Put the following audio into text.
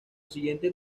siguiente